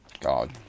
God